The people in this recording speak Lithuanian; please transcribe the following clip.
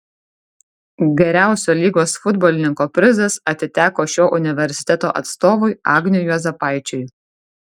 geriausio lygos futbolininko prizas atiteko šio universiteto atstovui agniui juozapaičiui